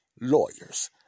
lawyers